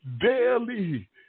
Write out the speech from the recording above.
Daily